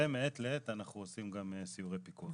ומעת לעת אנחנו עושים גם סיורי פיקוח.